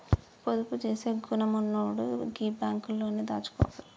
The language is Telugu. పొదుపు జేసే గుణమున్నోడు గీ బాంకులల్లనే దాసుకోవాల